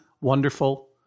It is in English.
wonderful